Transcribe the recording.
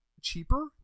cheaper